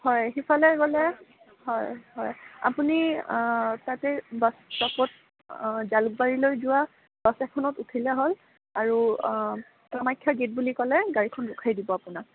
হয় সেইফালে গ'লে হয় হয় আপুনি তাতে বাছ ষ্টপত জালুকবাৰীলৈ যোৱা বাছ এখনত উঠিলে হ'ল আৰু কামাখ্যা গেট বুলি ক'লে গাড়ীখন ৰখাই দিব আপোনাক